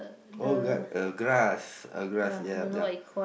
oh ga~ a grass a grass ya ya